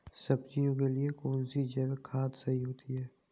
सब्जियों के लिए कौन सी जैविक खाद सही होती है?